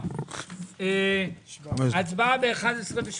הצבעה ב-11:17.